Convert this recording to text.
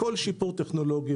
כל שיפור טכנולוגי,